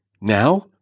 Now